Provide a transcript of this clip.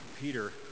Peter